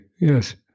Yes